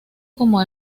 como